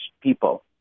people